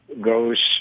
goes